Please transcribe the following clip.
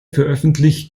veröffentlicht